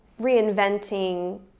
reinventing